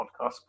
podcast